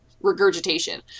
Regurgitation